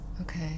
Okay